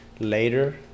later